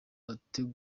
ateruye